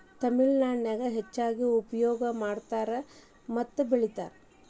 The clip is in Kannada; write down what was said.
ತಮಿಳನಾಡಿನ್ಯಾಗ ಹೆಚ್ಚಾಗಿ ಉಪಯೋಗ ಮಾಡತಾರ ಮತ್ತ ಬೆಳಿತಾರ